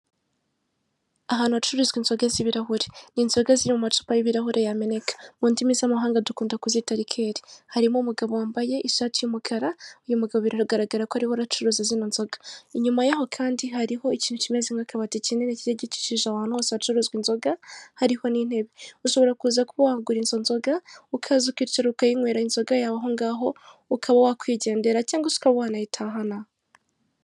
Ahantu hacururizwa inzoga z'ibirahure inzoga ziri mu masupa y'ibirahure yamenetse mu ndimi z'amahanga dukunda kuzita rikeri harimo umugabo wambaye ishati y'umukara uyu mugabo aragaragara ko ariho aracuruza zino nzoga inyuma yaho kandi hariho ikintu kimeze nk'abati kinini kigiye gikikije ahantu hose hacuruzwa kandi hariho n'intebe ushobora kuza kuba wagura izo nzoga ukaza ukicara ukanywera inzoga yawe aho ngaho ukaba wakwigendera cyangwa se ukaba wanayitahana.